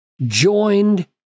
joined